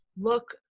look